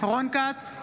רון כץ,